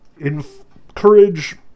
encourage